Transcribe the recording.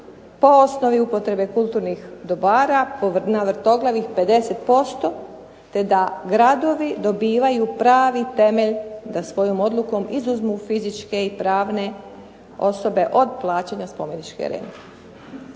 po osnovi upotrebe kulturnih dobara na vrtoglavih 50% te da gradovi dobivaju pravi temelj da svojom odlukom izuzmu fizičke i pravne osobe od plaćanja spomeničke rente.